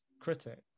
critic